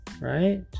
right